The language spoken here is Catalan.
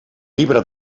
llibre